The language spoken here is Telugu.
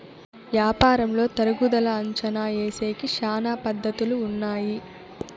యాపారంలో తరుగుదల అంచనా ఏసేకి శ్యానా పద్ధతులు ఉన్నాయి